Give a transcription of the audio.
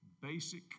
basic